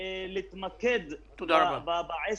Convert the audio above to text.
להתמקד בעסק,